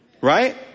Right